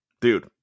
dude